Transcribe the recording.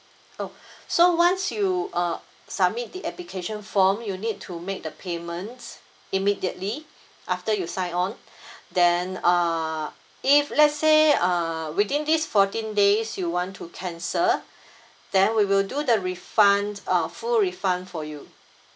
oh so once you uh submit the application form you need to make the payments immediately after you sign on then err if let's say err within these fourteen days you want to cancel then we will do the refund ah full refund for you